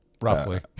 roughly